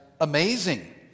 amazing